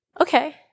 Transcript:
Okay